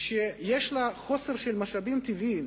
שיש לה חוסר של משאבים טבעיים